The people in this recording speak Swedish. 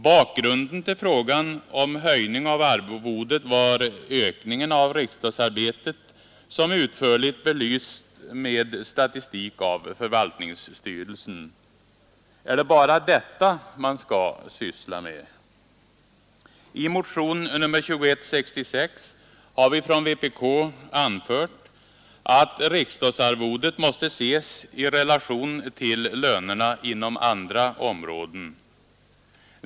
Bakgrunden till frågan om höjning av arvodet var ökningen av riksdagsarbetet, som utförligt belysts med statistik av förvaltningsstyrelsen. Är det bara detta man skall syssla med? I motionen 2166 har vi från vpk anfört att riksdagsarvodet måste ses i relation till lönerna inom andra områden.